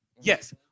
Yes